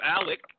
ALEC